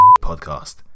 Podcast